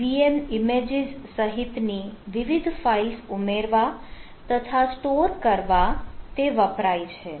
VM images સહિતની વિવિધ files ઉમેરવા તથા સ્ટોર કરવા તે વપરાય છે